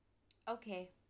okay